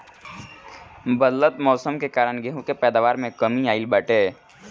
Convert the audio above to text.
बदलत मौसम के कारण गेंहू के पैदावार में कमी आइल बाटे